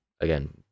again